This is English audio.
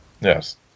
Yes